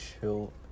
chill